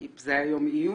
זה היה יום עיון?